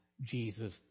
Jesus